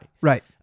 Right